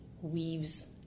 weaves